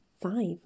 five